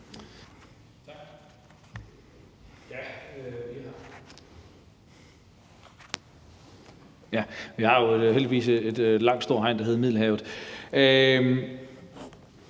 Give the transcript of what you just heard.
Vi har jo heldigvis et langt, stort hegn, der hedder Middelhavet.